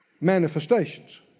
manifestations